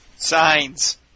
Signs